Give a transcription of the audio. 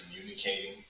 communicating